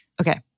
okay